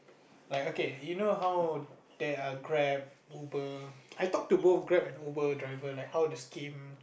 like okay you know how there are Grab Uber I talk to both Grab and Uber driver like how the scheme